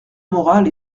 morale